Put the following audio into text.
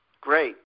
Great